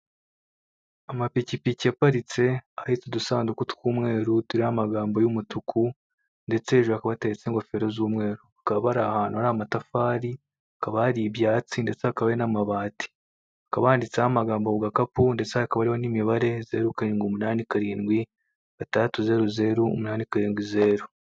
Amapikiki aparitse ahetse udusanduku tw'umweru turiho amagambo y'umutuku ndetse hejuru hakaba ahetetseho ingefero z'umweru hakaba hari amatafari hakaba hari ibyatsi ndetse hakaba hari n'amabati hakaba handitseho n'amagambi kugakapu ndetse hakaba hari n'imibare zero karindi umunani karindwi, gatandatu zero zero umunani karindwi zero.